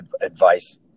advice